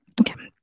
Okay